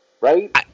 right